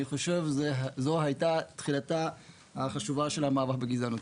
אני חושב שזו הייתה תחילתה החשובה של המאבק בגזענות.